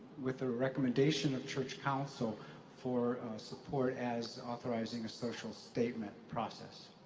with the recommendation of church council for support as authorizing a social statement process.